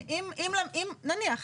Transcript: אם נניח,